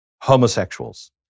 homosexuals